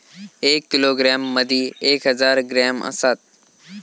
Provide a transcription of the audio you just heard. एक किलोग्रॅम मदि एक हजार ग्रॅम असात